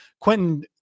quentin